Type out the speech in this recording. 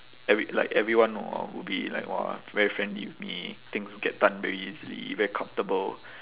every like everyone would be like !wah! very friendly with me things get done very easily very comfortable